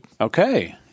Okay